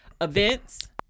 events